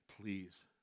Please